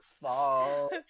fall